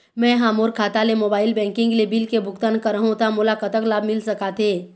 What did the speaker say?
मैं हा मोर खाता ले मोबाइल बैंकिंग ले बिल के भुगतान करहूं ता मोला कतक लाभ मिल सका थे?